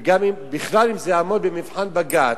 אם בכלל זה יעמוד במבחן בג"ץ.